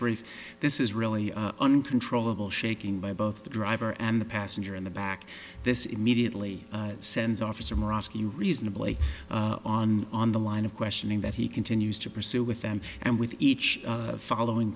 brief this is really uncontrollable shaking by both the driver and the passenger in the back this immediately sends officer murawski reasonably on on the line of questioning that he continues to pursue with them and with each following